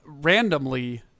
randomly